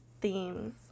themes